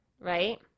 right